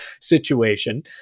situation